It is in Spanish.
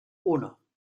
uno